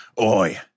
oi